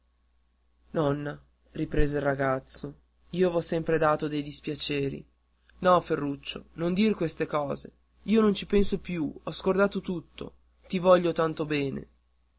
nonna riprese il ragazzo io v'ho sempre dato dei dispiaceri no ferruccio non dir queste cose io non ci penso più ho scordato tutto ti voglio tanto bene